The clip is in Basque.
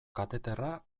kateterra